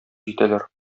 җитәләр